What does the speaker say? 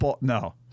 No